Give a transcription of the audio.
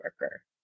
worker